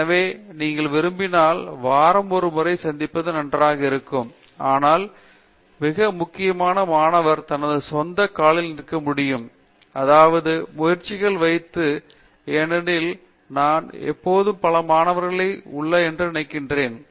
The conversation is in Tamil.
எனவே நீங்கள் விரும்பினால் வாரம் ஒரு முறை சந்திப்பது நன்றாக இருக்கும் ஆனால் மிக முக்கியமான மாணவர் தனது சொந்த காலில் நிற்க முடியும் அவரது முயற்சிகள் வைத்து ஏனெனில் நான் எப்போதும் பல மாணவர்கள் உள்ளன என்று பார்த்தேன்